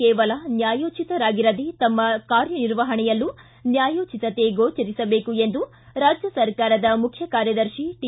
ಕೇವಲ ನ್ಯಾಯೋಚಿತರಾಗಿರದೇ ತಮ್ಮ ಕಾರ್ಯನಿರ್ವಹಣೆಯಲ್ಲೂ ನ್ಯಾಯೋಚಿತತೆ ಗೋಚರಿಸಬೇಕು ಎಂದು ರಾಜ್ಯ ಸರ್ಕಾರದ ಮುಖ್ಯ ಕಾರ್ಯದರ್ಶಿ ಟಿ